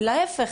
ולהפך,